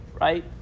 right